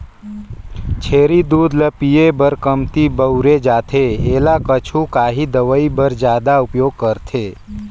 छेरी दूद ल पिए बर कमती बउरे जाथे एला कुछु काही दवई बर जादा उपयोग करथे